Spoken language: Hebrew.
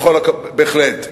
בהחלט,